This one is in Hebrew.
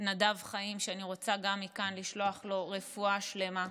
נדב חיים, ואני רוצה גם מכאן לשלוח לו רפואה שלמה.